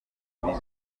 kuko